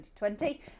2020